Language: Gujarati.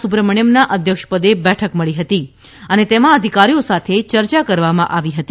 સુબ્રમાસ્થમના અધ્યક્ષપદે બેઠક મળી હતી અને તેમાં અધિકારીઓ સાથે યર્યા કરવામાં આવી હતી